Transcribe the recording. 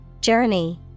Journey